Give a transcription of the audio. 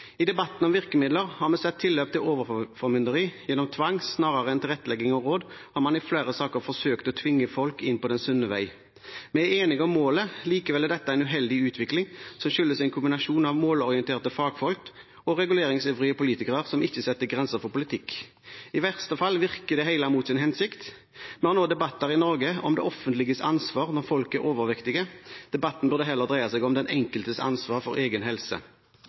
I debatten om virkemidler har vi sett tilløp til overformynderi. Gjennom tvang, snarere enn tilrettelegging og råd, har man i flere saker forsøkt å få folk inn på den «sunne» vei. Vi er enige om målet. Likevel er dette en uheldig utvikling som skyldes en kombinasjon av målorienterte fagfolk og reguleringsivrige politikere som ikke setter grenser for politikk. I verste fall virker det hele mot sin hensikt. Vi har nå debatter i Norge om det offentliges ansvar når folk er overvektige. Debatten burde heller dreie seg om den enkeltes ansvar for egen helse.